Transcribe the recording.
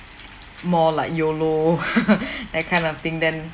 more like YOLO that kind of thing then